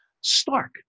stark